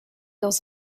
dans